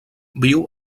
viu